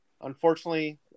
Unfortunately